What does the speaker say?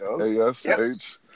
A-S-H